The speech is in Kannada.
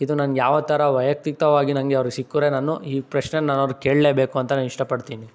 ಇದು ನನಗೆ ಯಾವತ್ತಾರ ವೈಯಕ್ತಿಕವಾಗಿ ನನ್ಗೆ ಅವ್ರು ಸಿಕ್ಕರೆ ನಾನು ಈ ಪ್ರಶ್ನೆನ ನಾನು ಅವರಿಗೆ ಕೇಳಲೇಬೇಕು ಅಂತ ನಾನು ಇಷ್ಟಪಡ್ತೀನಿ